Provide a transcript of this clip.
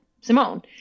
Simone